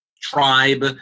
tribe